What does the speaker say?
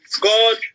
God